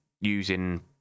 using